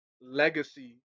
legacy